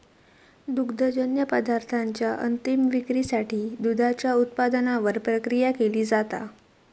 दुग्धजन्य पदार्थांच्या अंतीम विक्रीसाठी दुधाच्या उत्पादनावर प्रक्रिया केली जाता